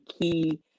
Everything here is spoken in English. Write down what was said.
key